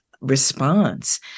response